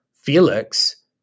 Felix